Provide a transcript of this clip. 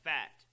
Fat